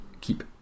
keep